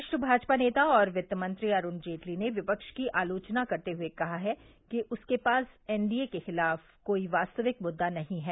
वरिष्ठ भाजपा नेता और वित्त मंत्री अरुण जेटली ने विपक्ष की आलोचना करते हुए कहा है कि उसके पास एनडीए सरकार के खिलाफ कोई वास्तविक मुद्दा नहीं है